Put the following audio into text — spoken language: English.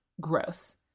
gross